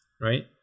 right